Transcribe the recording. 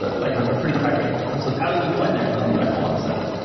ah like ah a pretty high rate. and so tally will go in there and they'll be like, hold on a second.